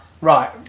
Right